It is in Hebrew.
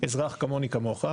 אזרח כמוני כמוך,